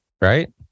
right